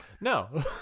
No